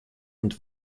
mit